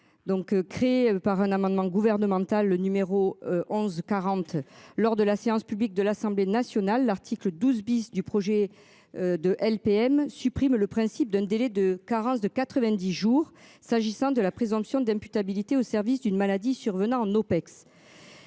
donc créé par un amendement gouvernemental, le numéro 11. Lors de la séance publique de l'Assemblée nationale. L'article 12 bis du projet. De LPM supprime le principe d'un délai de carence de 90 jours s'agissant de la présomption d'imputabilité au service d'une maladie survenant en OPEX.